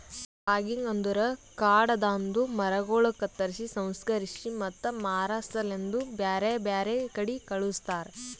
logging ಅಂದುರ್ ಕಾಡದಾಂದು ಮರಗೊಳ್ ಕತ್ತುರ್ಸಿ, ಸಂಸ್ಕರಿಸಿ ಮತ್ತ ಮಾರಾ ಸಲೆಂದ್ ಬ್ಯಾರೆ ಬ್ಯಾರೆ ಕಡಿ ಕಳಸ್ತಾರ